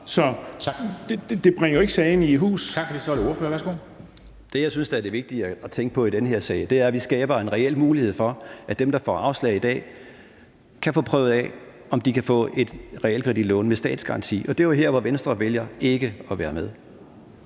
for det. Så er det ordføreren. Værsgo. Kl. 13:19 Lennart Damsbo-Andersen (S): Det, jeg synes er det vigtige at tænke på i den her sag, er, at vi skaber en reel mulighed for, at dem, der får afslag i dag, kan få prøvet af, om de kan få et realkreditlån med statsgaranti, og det er jo her, hvor Venstre vælger ikke at være med.